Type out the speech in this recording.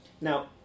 Now